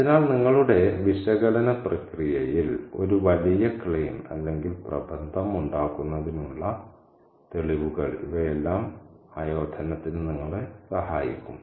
അതിനാൽ നിങ്ങളുടെ വിശകലന പ്രക്രിയയിൽ ഒരു വലിയ ക്ലെയിം അല്ലെങ്കിൽ പ്രബന്ധം ഉണ്ടാക്കുന്നതിനുള്ള തെളിവുകൾ ഇവയെല്ലാം ആയോധനത്തിന് നിങ്ങളെ സഹായിക്കും